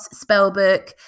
Spellbook